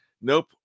Nope